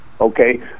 Okay